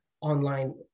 online